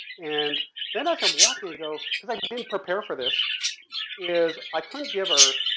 and then as i'm walking, i go, cause i didn't prepare for this is i couldn't give her,